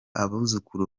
abuzukuru